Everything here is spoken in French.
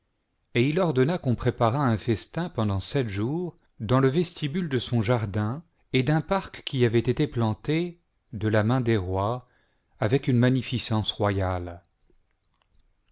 et il ordonna qu'on préparât un festin pendant sept jours dans le vestibule de son jardin et d'un parc qui avait été planté de la main des rois avec une magnificence royale